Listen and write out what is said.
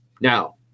Now